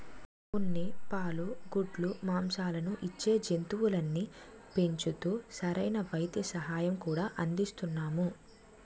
ఉన్ని, పాలు, గుడ్లు, మాంససాలను ఇచ్చే జంతువుల్ని పెంచుతూ సరైన వైద్య సహాయం కూడా అందిస్తున్నాము